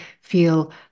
feel